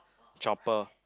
chopper